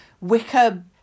wicker